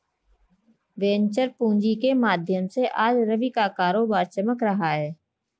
venture पूँजी के माध्यम से आज रवि का कारोबार चमक रहा है